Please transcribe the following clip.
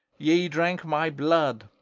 ye drank my blood,